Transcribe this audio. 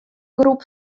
groep